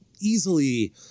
easily